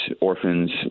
orphans